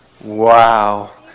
Wow